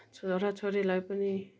छोरा छोरीलाई पनि